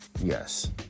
Yes